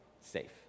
safe